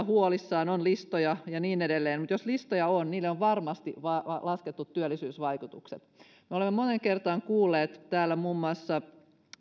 huolissaan on listoja ja niin edelleen mutta jos listoja on niille on varmasti laskettu työllisyysvaikutukset me olemme moneen kertaan kuulleet täällä muun muassa